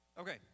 Okay